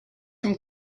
from